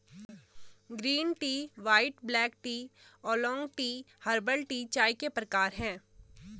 green tea white black tea oolong tea herbal tea चाय के प्रकार है